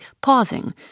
pausing